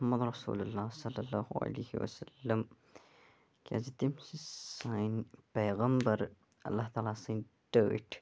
مُحمد رَسولُ اللہ صلَہ اللہُ علیہِہ وَسَلَم کیٛاز تِم چھِ سٲنٛۍ پیغَمبَر اللہ تعالی سٕنٛدۍ ٹٲٹھۍ